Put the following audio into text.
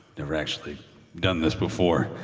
never actually done this before,